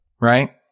right